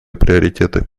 приоритеты